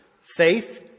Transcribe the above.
faith